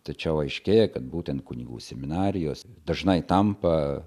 tačiau aiškėja kad būtent kunigų seminarijos dažnai tampa